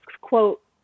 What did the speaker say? quote